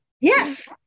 Yes